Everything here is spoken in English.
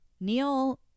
Neil